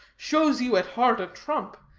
shows you at heart a trump.